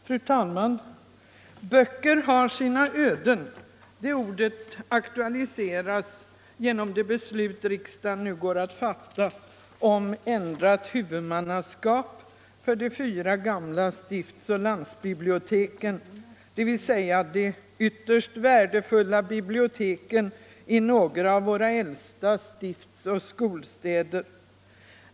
Fru talman! ”Böcker har sina öden.” Det ordet aktualiseras genom det beslut riksdagen nu går att fatta om ändrat huvudmannaskap för de fyra gamla stiftsoch landsbiblioteken, dvs. de ytterst värdefulla biblioteken i några av våra äldsta stiftsoch skolstäder.